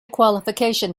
qualification